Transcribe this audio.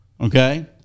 okay